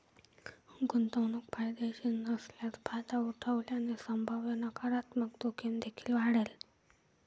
गुंतवणूक फायदेशीर नसल्यास फायदा उठवल्याने संभाव्य नकारात्मक जोखीम देखील वाढेल